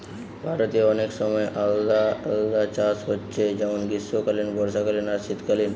ভারতে অনেক সময় আলাদা আলাদা চাষ হচ্ছে যেমন গ্রীষ্মকালীন, বর্ষাকালীন আর শীতকালীন